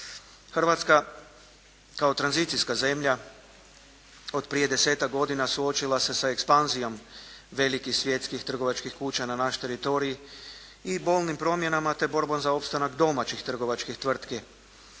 Hrvatska kao tranzicijska zemlja od prije desetak godina suočila se sa ekspanzijom velikih svjetskih trgovačkih kuća na naš teritorij i bolnim promjenama, te borbom za opstanak domaćih trgovačkih tvrtki.